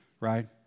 Right